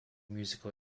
musical